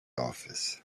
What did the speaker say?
office